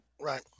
Right